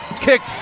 Kicked